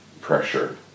pressure